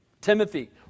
Timothy